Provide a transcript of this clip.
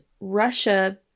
Russia